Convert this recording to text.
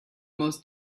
most